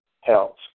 health